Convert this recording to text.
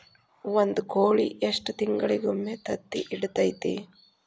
ಒಂದ್ ಕೋಳಿ ಎಷ್ಟ ತಿಂಗಳಿಗೊಮ್ಮೆ ತತ್ತಿ ಇಡತೈತಿ?